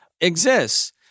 exists